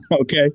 Okay